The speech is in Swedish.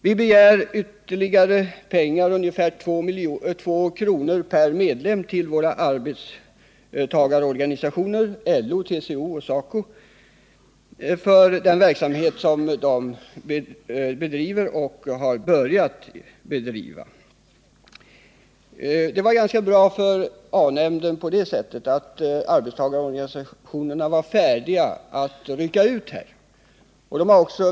Vi begär ytterligare medel, ungefär 2 kr. per medlem, till våra arbetstagarorganisationer — LO, TCO och SACO - för den verksamhet som de har börjat bedriva. Det var ganska bra för A-nämnden så till vida att arbetstagarorganisationerna var redo att rycka ut.